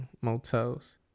motels